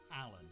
Alan